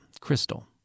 Crystal